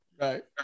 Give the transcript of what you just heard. Right